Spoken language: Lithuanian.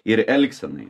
ir elgsenai